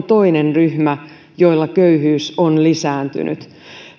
toinen ryhmä jolla köyhyys on lisääntynyt